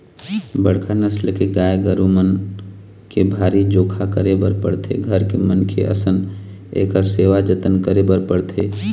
बड़का नसल के गाय गरू मन के भारी जोखा करे बर पड़थे, घर के मनखे असन इखर सेवा जतन करे बर पड़थे